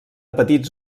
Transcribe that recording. petits